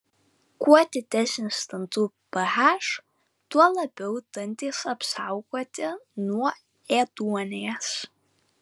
kuo didesnis dantų ph tuo labiau dantys apsaugoti nuo ėduonies